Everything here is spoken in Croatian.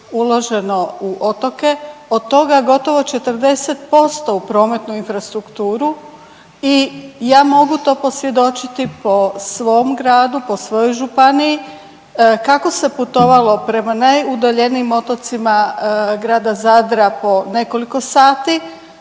uloženo u otoke od toga gotovo 40% u prometnu infrastrukturu i ja mogu to posvjedočiti po svom gradu, po svojoj županiji kako se putovalo prema najudaljenijim otocima grada Zadra po nekoliko sati.